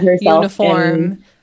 uniform